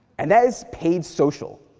and that is paid social.